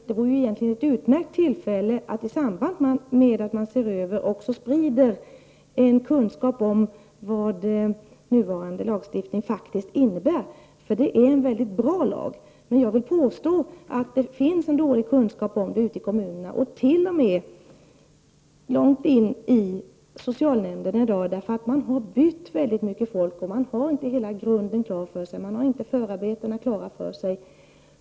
Det vore ett utmärkt tillfälle att i samband med översynen också sprida en kunskap om vad nuvarande lagstiftning faktiskt innebär. Det är en bra lag. Men jag hävdar att det råder en dålig kunskap om lagen i kommunerna och t.o.m. långt in i socialnämnderna. Där är omsättning på folk, och de har inte hela grunden klar för sig. De har inte förarbetena klara för sig.